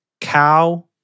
cow